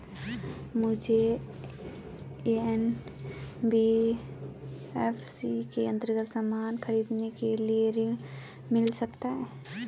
मुझे एन.बी.एफ.सी के अन्तर्गत सामान खरीदने के लिए ऋण मिल सकता है?